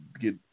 get